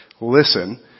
listen